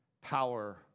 power